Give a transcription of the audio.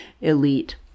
elite